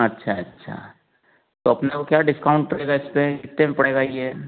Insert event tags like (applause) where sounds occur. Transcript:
अच्छा अच्छा तो अपने को क्या डिस्काउंट (unintelligible) इसपे कितने में पड़ेगा ये